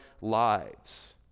lives